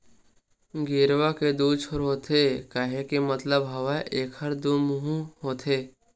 गेरवा के दू छोर होथे केहे के मतलब हवय एखर दू मुहूँ होथे